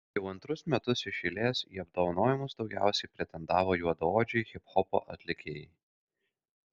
jau antrus metus iš eilės į apdovanojimus daugiausiai pretendavo juodaodžiai hiphopo atlikėjai